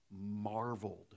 marveled